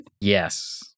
Yes